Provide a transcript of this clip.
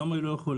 למה היא לא יכולה?